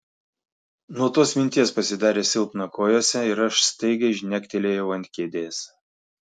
nuo tos minties pasidarė silpna kojose ir aš staigiai žnektelėjau ant kėdės